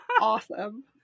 awesome